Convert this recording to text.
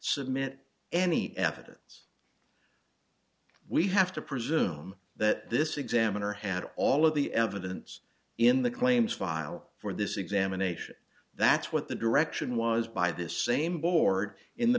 submit any evidence we have to presume that this examiner had all of the evidence in the claims file for this examination that's what the direction was by this same board in the